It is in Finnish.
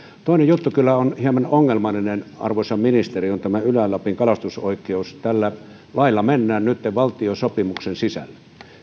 toinen juttu joka on kyllä hieman ongelmallinen arvoisa ministeri on tämä ylä lapin kalastusoikeus tällä lailla mennään nytten valtiosopimuksen sisälle